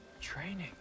training